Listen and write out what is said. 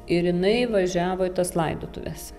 ir jinai važiavo į tas laidotuves